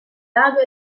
lago